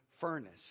furnace